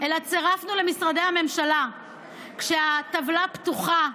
אלא צירפנו למשרדי הממשלה כשהטבלה פתוחה,